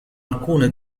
alcune